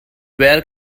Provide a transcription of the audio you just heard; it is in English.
where